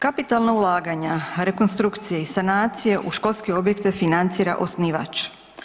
Kapitalna ulaganja, rekonstrukcije i sanacije u školske objekte financira osnivač.